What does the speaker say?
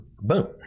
Boom